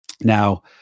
Now